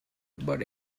but